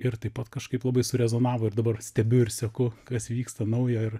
ir taip pat kažkaip labai surezonavo ir dabar stebiu ir seku kas vyksta naujo ir